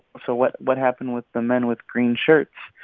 so what what happened with the men with green shirts?